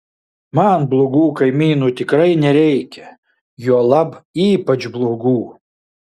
man blogų kaimynų tikrai nereikia juolab ypač blogų